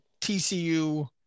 TCU